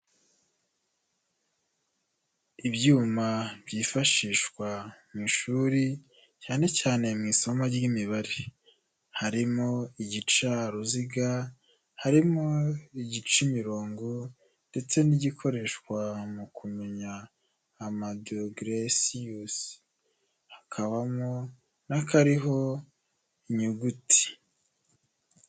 Ibyuma byifashishwa mu ishuri cyane cyane mu isomo ry'imibare, harimo igicaruziga, harimo igica imirongo ndetse n'igikoreshwa mu kumenya amadogeresiyusi, hakabamo n'akariho inyuguti.